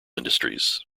industries